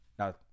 Now